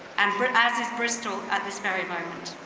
and but as is bristol at this very moment.